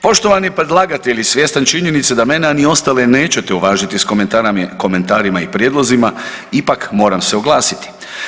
Poštovani predlagatelji, svjestan činjenica da mene, a ni ostale nećete uvažiti s komentarima i prijedlozima, ipak moram se oglasiti.